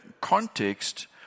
context